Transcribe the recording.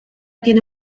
tiene